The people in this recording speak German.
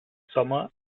sommer